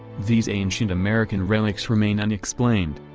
these ancient american relics remain unexplained.